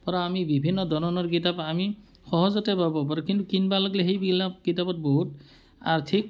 পৰা আমি বিভিন্ন ধৰণৰ কিতাপ আমি সহজতে পাব পাৰোঁ কিন্তু কিনিব লাগিলে সেইবিলাক কিতাপত বহুত আৰ্থিক